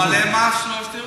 הוא מעלה מס על שלוש דירות.